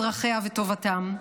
אזרחיה וטובתם.